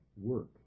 work